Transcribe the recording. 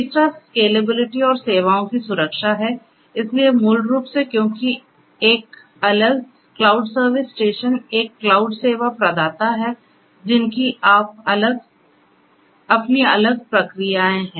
तीसरा स्केलेबिलिटी और सेवाओं की सुरक्षा है इसलिए मूल रूप से क्योंकि एक अलग क्लाउड सर्विस स्टेशन एक क्लाउड सेवा प्रदाता है जिनकी अपनी अलग प्रक्रियाएं हैं